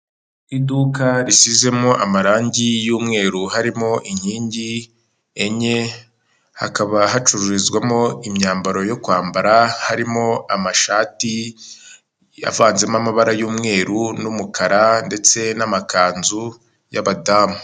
Iduka risizemo amarangi y'umweru harimo inkingi enye, hakaba hacururizwamo imyambaro yo kwambara, harimo amashati yavanzemo amabara y'umweru n'umukara, ndetse n'amakanzu y'abadamu.